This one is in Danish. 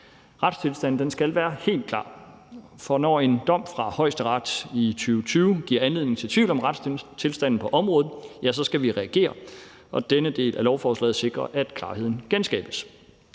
Retstilstanden skal være helt klar. For når en dom fra Højesteret i 2020 giver anledning til tvivl om retstilstanden på området, skal vi reagere, og denne del af lovforslaget sikrer, at klarheden genskabes.